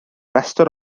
restr